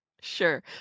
Sure